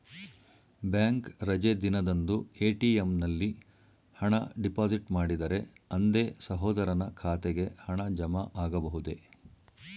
Bank ರಜೆ ದಿನದಂದು ATM ನಲ್ಲಿ ಹಣ ಡಿಪಾಸಿಟ್ ಮಾಡಿದರೆ ಅಂದೇ ಸಹೋದರನ ಖಾತೆಗೆ ಹಣ ಜಮಾ ಆಗಬಹುದೇ?